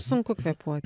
sunku kvėpuot